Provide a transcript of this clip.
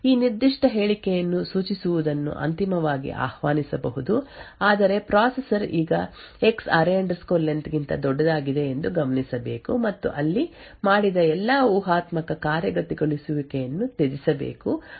ಈ ನಿರ್ದಿಷ್ಟ ಹೇಳಿಕೆಯನ್ನು ಸೂಚಿಸುವುದನ್ನು ಅಂತಿಮವಾಗಿ ಆಹ್ವಾನಿಸಬಹುದು ಆದರೆ ಪ್ರೊಸೆಸರ್ ಈಗ x array len array len ಗಿಂತ ದೊಡ್ಡದಾಗಿದೆ ಎಂದು ಗಮನಿಸಬೇಕು ಮತ್ತು ಅಲ್ಲಿ ಮಾಡಿದ ಎಲ್ಲಾ ಊಹಾತ್ಮಕ ಕಾರ್ಯಗತಗೊಳಿಸುವಿಕೆಯನ್ನು ತ್ಯಜಿಸಬೇಕು ಮತ್ತು ಆದ್ದರಿಂದ ಪ್ರಕ್ರಿಯೆಗಳು ರು ಈ ಊಹಾತ್ಮಕವಾಗಿ ಕಾರ್ಯಗತಗೊಳಿಸಿದ ಸೂಚನೆಗಳನ್ನು ತಿರಸ್ಕರಿಸಿದರು